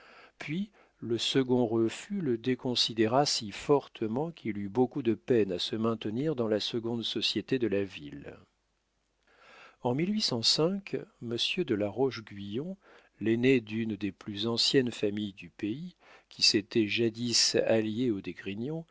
puis le second refus le déconsidéra si fortement qu'il eut beaucoup de peine à se maintenir dans la seconde société de la ville en m de la roche-guyon l'aîné d'une des plus anciennes familles du pays qui s'était jadis alliée aux d'esgrignon